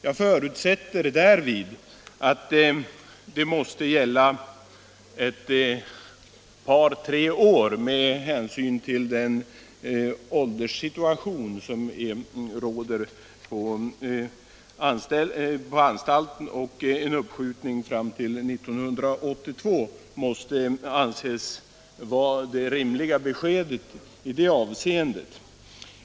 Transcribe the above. Jag förutsätter därvid att det måste gälla ett par tre år, med hänsyn till den ålderssituation som råder på anstalten. Ett uppskjutande av nedläggningen fram till 1982 måste anses vara det rimliga beskedet i detta avscende.